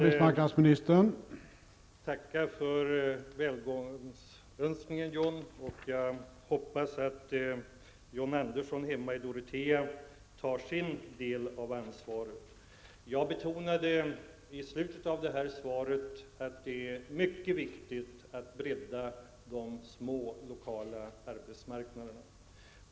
Herr talman! Jag tackar för välgångsönskningen, John, och jag hoppas att John Andersson hemma i Dorotea tar sin del av ansvaret. Jag betonade i slutet av svaret att det är mycket viktigt att bredda de små, lokala arbetsmarknaderna.